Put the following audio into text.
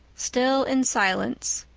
still in silence.